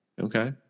Okay